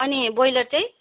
अनि ब्रोइलर चाहिँ